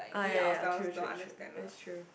ah ya ya ya true true true it's true